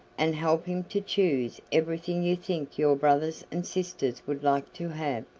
and help him to choose everything you think your brothers and sisters would like to have.